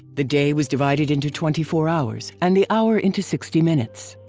the day was divided into twenty four hours, and the hour into sixty minutes.